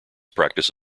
practice